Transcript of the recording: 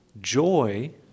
joy